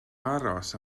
aros